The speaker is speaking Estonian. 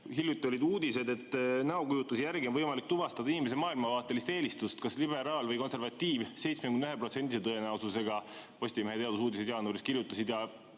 Hiljuti olid uudised, et näokujutise järgi on võimalik tuvastada inimese maailmavaatelist eelistust, kas ta on liberaal või konservatiiv, 71%-lise tõenäosusega. Postimehe teadusuudised jaanuaris kirjutasid.